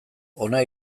hona